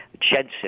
Jensen